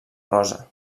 rosa